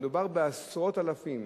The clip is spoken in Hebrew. מדובר בעשרות אלפים.